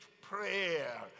prayer